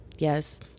Yes